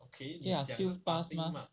对 lah still pass lah